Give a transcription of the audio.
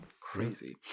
Crazy